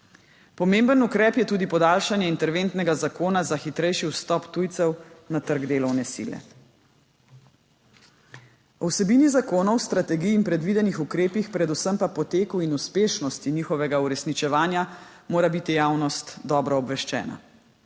Pomemben ukrep je tudi podaljšanje interventnega zakona za hitrejši vstop tujcev na trg delovne sile. O vsebini zakonov, o strategiji in predvidenih ukrepih, predvsem pa poteku in uspešnosti njihovega uresničevanja, mora biti javnost dobro obveščena.